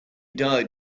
died